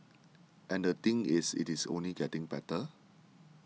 and the thing is it is only getting better